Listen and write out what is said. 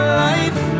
life